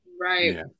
Right